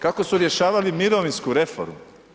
Kako su rješavali mirovinsku reformu?